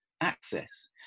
access